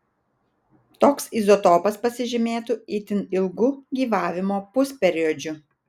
toks izotopas pasižymėtų itin ilgu gyvavimo pusperiodžiu